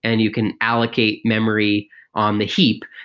and you can allocate memory on the heap,